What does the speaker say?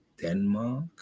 Denmark